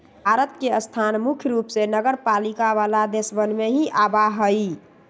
भारत के स्थान मुख्य रूप से नगरपालिका वाला देशवन में ही आवा हई